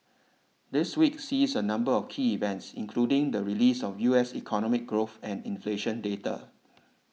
this week sees a number of key events including the release of U S economic growth and inflation data